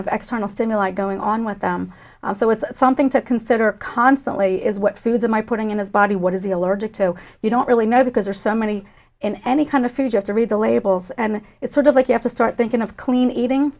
stimuli going on with them so it's something to consider constantly is what foods of my putting in his body what is he allergic to you don't really know because there's so many in any kind of food just to read the labels and it's sort of like you have to start thinking of clean eating